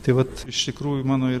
tai vat iš tikrųjų mano ir